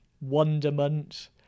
wonderment